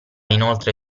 inoltre